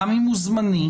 גם אם הוא זמני.